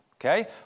Okay